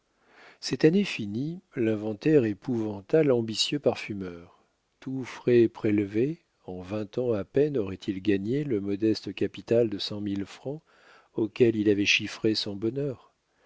cette année finie l'inventaire épouvanta l'ambitieux parfumeur tous frais prélevés en vingt ans à peine aurait-il gagné le modeste capital de cent mille francs auquel il avait chiffré son bonheur